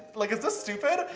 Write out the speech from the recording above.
like, is this stupid,